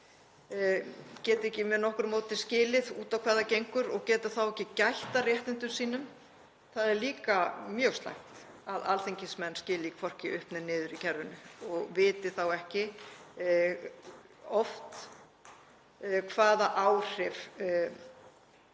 geti ekki með nokkru móti skilið út á hvað það gengur og geti þá ekki gætt að réttindum sínum. Það er líka mjög slæmt að alþingismenn skilji hvorki upp né niður í kerfinu og viti oft ekki hvaða áhrif tillögur